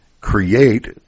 create